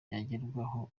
ryagerwaho